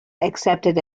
accepted